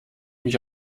mich